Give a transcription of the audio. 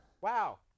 Wow